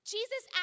Jesus